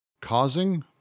Causing